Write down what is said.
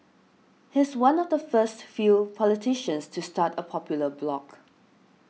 he's one of the first few politicians to start a popular blog